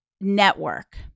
network